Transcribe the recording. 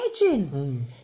imagine